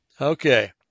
Okay